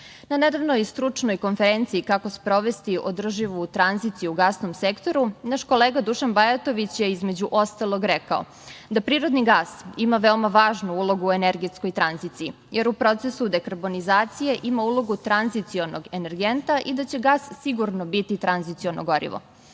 nedavnoj stručnoj konferenciji „Kako sprovesti održivu tranziciju u gasnom sektoru“ naš kolega Dušan Bajatović je između ostalog rekao da prirodni gas ima veoma važnu ulogu u energetskoj tranziciji, jer u procesu dekarbonizacije ima ulogu tranzicionog energenta i da će gas sigurno biti tranziciono